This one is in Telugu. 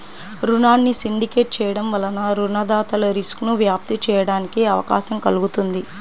రుణాన్ని సిండికేట్ చేయడం వలన రుణదాతలు రిస్క్ను వ్యాప్తి చేయడానికి అవకాశం కల్గుతుంది